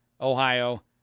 Ohio